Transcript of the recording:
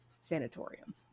sanatorium